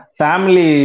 family